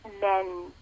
men